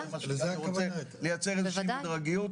לייצר איזה שהיא הדרגתיות,